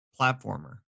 platformer